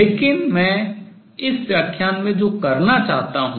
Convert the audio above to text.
लेकिन मैं इस व्याख्यान में जो करना चाहता हूँ